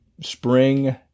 spring